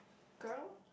girl